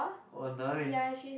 oh nice